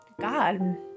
God